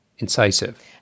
Incisive